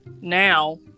now